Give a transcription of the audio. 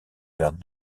vers